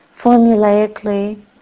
formulaically